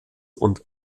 und